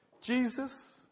Jesus